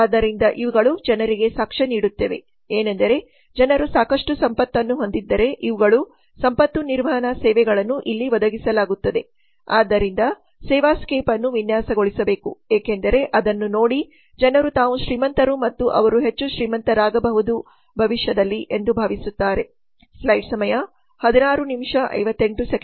ಆದ್ದರಿಂದ ಇವುಗಳು ಜನರಿಗೆ ಸಾಕ್ಷ್ಯ ನೀಡುತ್ತವೆ ಏನಂದರೆ ಜನರು ಸಾಕಷ್ಟು ಸಂಪತ್ತನ್ನು ಹೊಂದಿದ್ದರೆ ಇವುಗಳು ಸಂಪತ್ತು ನಿರ್ವಹಣಾ ಸೇವೆಗಳನ್ನು ಇಲ್ಲಿ ಒದಗಿಸಲಾಗುತ್ತದೆ ಆದ್ದರಿಂದ ಸೇವಾಕೇಪ್ ಅನ್ನು ವಿನ್ಯಾಸಗೊಳಿಸಬೇಕು ಏಕೆಂದರೆ ಅದನ್ನು ನೋಡಿ ಜನರು ತಾವು ಶ್ರೀಮಂತರು ಮತ್ತು ಅವರು ಹೆಚ್ಚು ಶ್ರೀಮಂತರಾಗಬಹುದು ಭವಿಷ್ಯದಲ್ಲಿ ಎಂದು ಭಾವಿಸುತ್ತಾರೆ